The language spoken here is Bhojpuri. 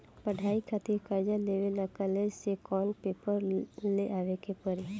पढ़ाई खातिर कर्जा लेवे ला कॉलेज से कौन पेपर ले आवे के पड़ी?